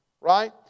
right